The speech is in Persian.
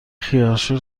خیارشور